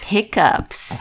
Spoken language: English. Hiccups